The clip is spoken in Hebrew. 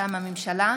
מטעם הממשלה: